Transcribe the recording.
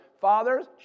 fathers